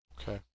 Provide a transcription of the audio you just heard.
Okay